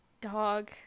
Dog